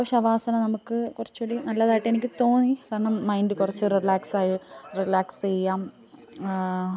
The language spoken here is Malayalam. അപ്പോള് ശവാസനം നമുക്കു കുറച്ചൂടി നല്ലതായിട്ട് എനിക്ക് തോന്നി കാരണം മൈന്റ് കുറച്ച് റിലാക്സ്സായി റിലാക്സ്സെയ്യാം